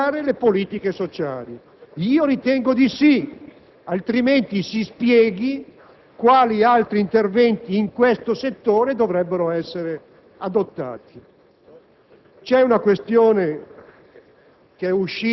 Sono interventi per incrementare le politiche sociali? Io ritengo di sì, altrimenti si spieghi quali altri interventi in questo settore dovrebbero essere adottati.